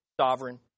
sovereign